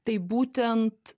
taip būtent